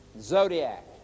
Zodiac